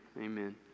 Amen